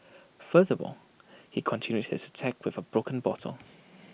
furthermore he continued his attack with A broken bottle